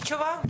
להסמכה.